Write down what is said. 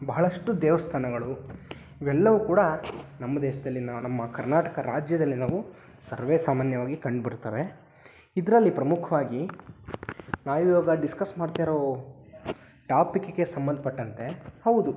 ಬಹಳಷ್ಟು ದೇವಸ್ಥಾನಗಳು ಇವೆಲ್ಲವೂ ಕೂಡ ನಮ್ಮ ದೇಶದಲ್ಲಿ ನಾವು ನಮ್ಮ ಕರ್ನಾಟಕ ರಾಜ್ಯದಲ್ಲಿ ನಾವು ಸರ್ವೇಸಾಮಾನ್ಯವಾಗಿ ಕಂಡು ಬರುತ್ತವೆ ಇದರಲ್ಲಿ ಪ್ರಮುಖವಾಗಿ ನಾವು ಇವಾಗ ಡಿಸ್ಕಸ್ ಮಾಡ್ತಾ ಇರೋ ಟಾಪಿಕ್ಕಿಗೆ ಸಂಬಂಧಪಟ್ಟಂತೆ ಹೌದು